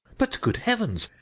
but, good heavens!